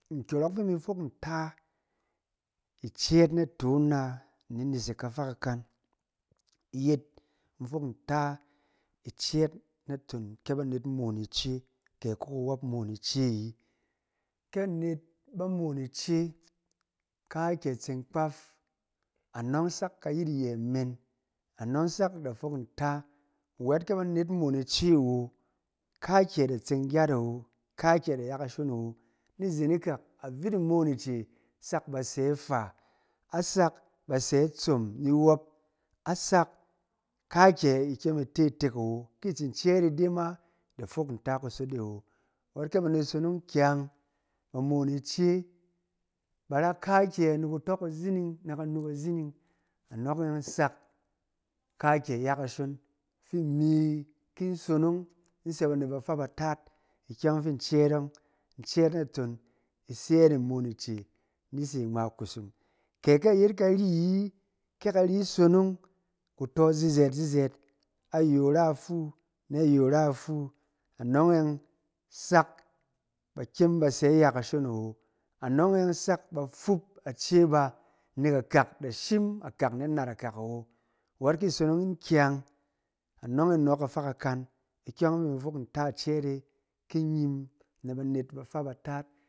Nkyɔrɔk ɔng fi imi fok nta icɛɛt naton na, ni di nesek kafa kakan i yet, in fok nta icɛɛt naton ke banet moon ice, kɛ ki kuwɔp moon ice ayi. Ke anet ba moon ice, kaakyɛ tseng kpaf, anɔng sak kayit iyɛ men, anɔng sak da fok nta. Wɛk ke banet moon ice wo, kaakyɛ da tseng gyat awo, kaakyɛ da ya kashon awo. Ni zen ikak avit imoon ice sak ba sɛ ifá, a sak ba sɛ itsom ni wɔp, a sak kaakyɛ i kyem ite itek awo, ki i tsin cɛɛt ide ma da fok nta kusot e awo. Wɛt ke banet sonong kyang, ba moon ice, ba ra kaakyɛ ni kuto kuzining na kanu kuzining, anɔng e sak kaakyɛ ya kashon, fi imi ki in sonong, in sɛ banet bafa, bataat, ikyɛng ɔng fin in cɛɛt ɔng. In cɛɛt naton i se yɛɛt imoon ice ni se ngma kusum. Kɛ ke a yet kari ayi, ke kari sonong kuto zizɛɛt zizɛɛt, ayong ra ifuu, na yong ra ifuu, anɔng e yɔng sak ba kyem ba sɛ iya kashon awo. Anɔng e sak bafup ace bá, nɛk akak da shim akak na nat akak awo, wat ki sonong yin kyang anɔng e nɔɔk kafa kakan, ikyɛng fi imi fok nta cɛɛt e ki inyim na banet bafaa, bataat.